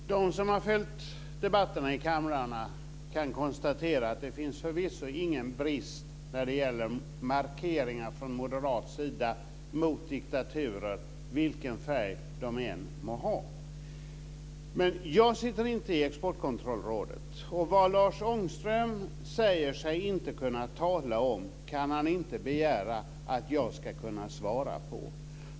Fru talman! De som har följt debatterna i kamrarna kan konstatera att det förvisso inte finns någon brist från moderat sida när det gäller markeringar mot diktaturer vilken färg de än må ha. Men jag sitter inte i Exportkontrollrådet. Vad Lars Ångström säger sig inte kunna tala om kan han inte begära att jag ska kunna svara på.